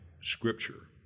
scripture